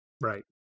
right